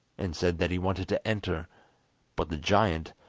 and said that he wanted to enter but the giant,